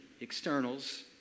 externals